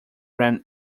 ran